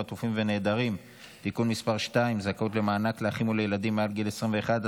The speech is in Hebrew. חטופים ונעדרים (תיקון מס' 2) (זכאות למענק לאחים ולילדים מעל גיל 21),